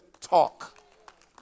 talk